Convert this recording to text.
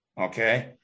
Okay